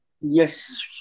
Yes